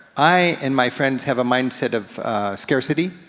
i and my friends have a mindset of scarcity.